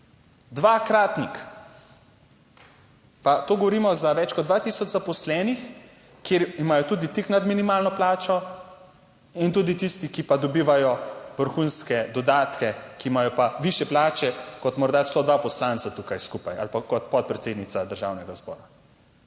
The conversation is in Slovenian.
dvakratnik, pa to govorimo za več kot 2000 zaposlenih, ki imajo tudi tik nad minimalno plačo in tudi tisti, ki pa dobivajo vrhunske dodatke, ki imajo pa višje plače kot morda celo dva poslanca tukaj skupaj ali pa kot podpredsednica Državnega zbora.